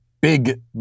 big